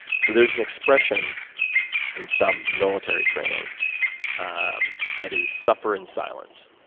so there's an expression in some military training ah that is suffer in silence.